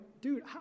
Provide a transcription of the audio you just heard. dude